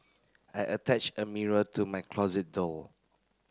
I attached a mirror to my closet door